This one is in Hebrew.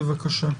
בבקשה.